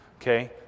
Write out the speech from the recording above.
okay